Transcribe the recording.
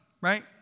right